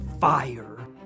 fire